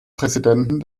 präsidenten